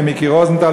מיקי רוזנטל,